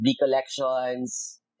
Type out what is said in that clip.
recollections